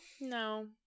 No